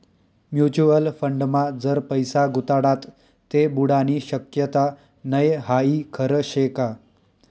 Mutual फंडमा जर पैसा गुताडात ते बुडानी शक्यता नै हाई खरं शेका?